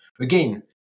again